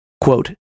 Quote